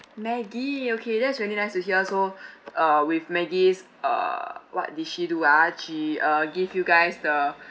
maggie okay that's really nice to hear so uh with maggie's uh what did she do ah she uh give you guys the